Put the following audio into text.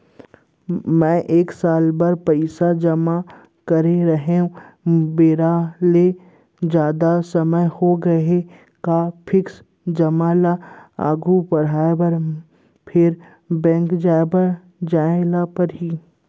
मैं एक साल बर पइसा जेमा करे रहेंव, बेरा ले जादा समय होगे हे का फिक्स जेमा ल आगू बढ़ाये बर फेर बैंक जाय ल परहि?